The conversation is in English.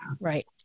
Right